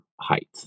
height